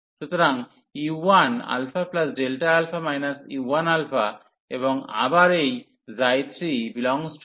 সুতরাং u1α u1 এবং আবার এই 3u1u1αΔα